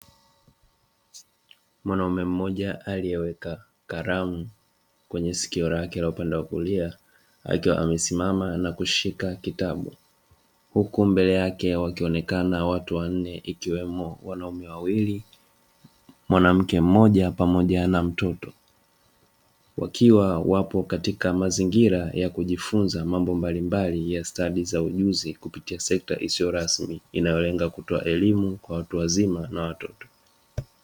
Mwanaume mmoja aliyeweka kalamu kwenye sikio lake la upande wa kulia, akiwa amesimama na kushika kitabu. Huku mbele yake wakionekana watu wanne ikiwemo: wanaume wawili, mwanamke mmoja, pamoja na mtoto. Wakiwa wapo katika mazingira ya kujifunza mambo mbalimbali ya stadi za ujuzi kupitia sekta isiyo rasmi inayolenga kutoa elimu kwa watu wazima na watoto.